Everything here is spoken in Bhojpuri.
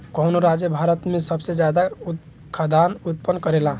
कवन राज्य भारत में सबसे ज्यादा खाद्यान उत्पन्न करेला?